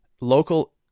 local